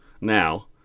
Now